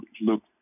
look